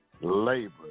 labor